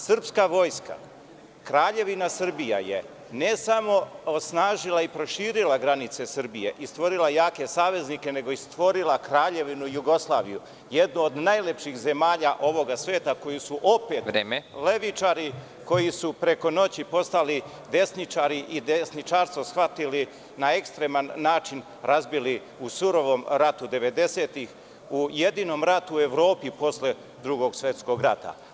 Srpska vojska, Kraljevina Srbija je ne samo osnažila i proširila granice Srbije i stvorila jake saveznike, nego i stvorila Kraljevinu Jugoslaviju, jednu od najlepših zemalja ovoga sveta, koji su opet levičari, koji su preko noći postali desničari i desničarstvo shvatili na ekstreman način, razbili u surovom ratu 90-tih, u jedinom ratu u Evropi posle Drugog svetskog rata.